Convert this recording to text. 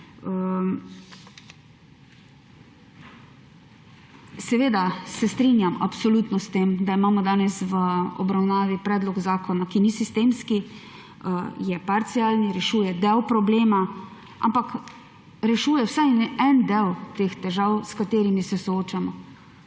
Seveda se strinjam absolutno s tem, da imamo danes v obravnavi predlog zakona, ki ni sistemski, je parcialni, rešuje del problema, ampak rešuje vsaj en del teh težav, s katerimi se soočamo.